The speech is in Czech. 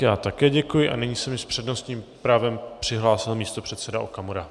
Já také děkuji a nyní se mi s přednostním právem přihlásil místopředseda Okamura.